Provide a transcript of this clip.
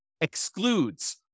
excludes